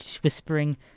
whispering